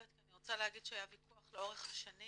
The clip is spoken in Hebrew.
כי אני רוצה להגיד שהיה ויכוח לאורך השנים